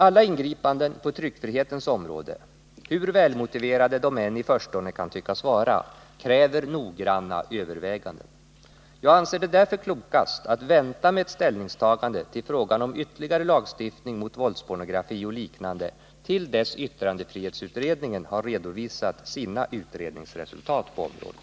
Alla ingripanden på tryckfrihetens område — hur välmotiverade de än i förstone kan tyckas vara — kräver noggranna överväganden. Jag anser det därför klokast att vänta med ett ställningstagande till frågan om ytterligare lagstiftning mot våldspornografi och liknande till dess yttrandefrihetsutredningen har redovisat sina utredningsresultat på området.